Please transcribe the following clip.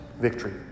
victory